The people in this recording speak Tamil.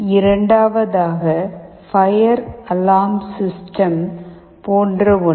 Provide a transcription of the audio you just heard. இரண்டாவதாக ஃபயர் அலாரம் சிஸ்டம் போன்ற ஒன்று